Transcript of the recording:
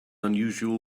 unusual